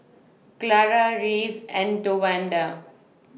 Clara Rhys and Towanda